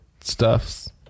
stuffs